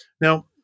Now